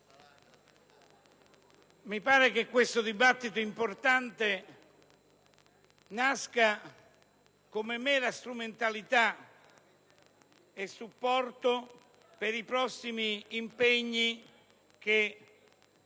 mi pare che questo dibattito importante nasca come mera strumentalità e supporto per i prossimi impegni che